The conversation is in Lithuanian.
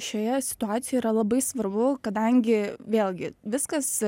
šioje situacijoje yra labai svarbu kadangi vėlgi viskas